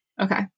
Okay